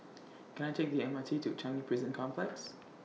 Can I Take The M R T to Changi Prison Complex